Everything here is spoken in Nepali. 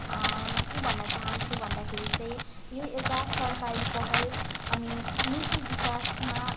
म के भन्न चाहन्छु भन्दाखेरि चाहिँ यो एउटा सरकारी पहल अनि नीति विकासमा